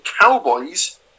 Cowboys